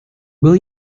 will